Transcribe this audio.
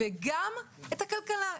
וגם את הכלכלה.